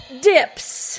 Dips